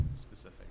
specific